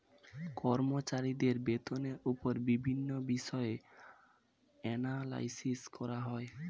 কর্মচারীদের বেতনের উপর বিভিন্ন বিষয়ে অ্যানালাইসিস করা হয়